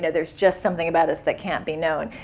and there's just something about us that can't be known.